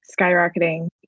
skyrocketing